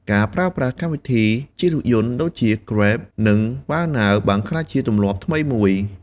ការប្រើប្រាស់កម្មវិធីជិះរថយន្តដូចជា Grab និង វ៉ាវណាវ (WowNow) បានក្លាយជាទម្លាប់ថ្មីមួយ។